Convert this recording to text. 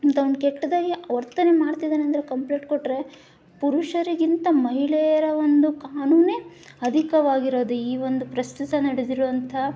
ಅಂತ ಒಂದು ಕೆಟ್ಟದಾಗಿ ವರ್ತನೆ ಮಾಡ್ತಿದ್ದಾನೆ ಅಂತ ಕಂಪ್ಲೇಂಟ್ ಕೊಟ್ಟರೆ ಪುರುಷರಿಗಿಂತ ಮಹಿಳೆಯರ ಒಂದು ಕಾನೂನೇ ಅಧಿಕವಾಗಿರೋದು ಈ ಒಂದು ಪ್ರಸ್ತುತ ನಡೆದಿರುವಂಥ